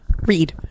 Read